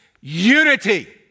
unity